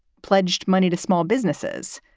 pledged money to small businesses.